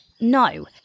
No